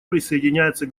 присоединяется